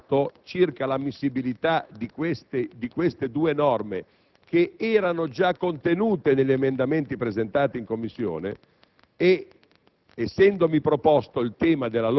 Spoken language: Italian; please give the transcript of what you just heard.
a male), mi sono regolato circa l'ammissibilità di queste due norme, già contenute negli emendamenti presentati in Commissione: